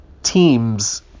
teams